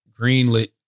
greenlit